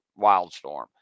Wildstorm